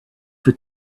for